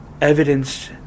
Evidence